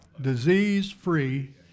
Disease-free